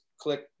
click